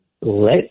let